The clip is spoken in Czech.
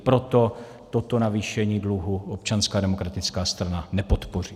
Proto toto navýšení dluhu Občanská demokratická strana nepodpoří.